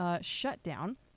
shutdown